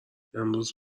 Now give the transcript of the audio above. امروز